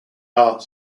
are